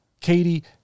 Katie